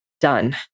done